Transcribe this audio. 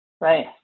right